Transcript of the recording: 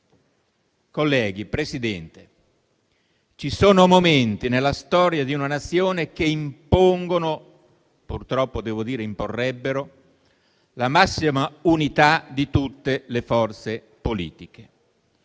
colleghi, ci sono momenti nella storia di una Nazione che impongono - purtroppo devo dire imporrebbero - la massima unità di tutte le forze politiche.